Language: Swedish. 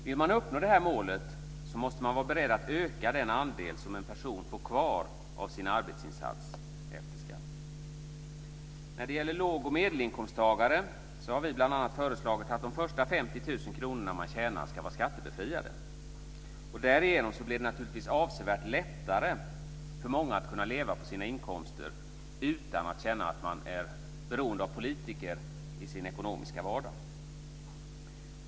Vill man uppnå detta mål, måste man vara beredd att öka den andel som en person får kvar av sin arbetsinsats efter skatt. När det gäller låg och medelinkomsttagare har vi bl.a. föreslagit att de första 50 000 kr man tjänar ska vara skattebefriade. Därigenom blir det naturligtvis avsevärt lättare för många att kunna leva på sina inkomster utan att känna att man är beroende av politiker i sin ekonomiska vardag.